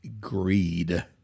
greed